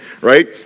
right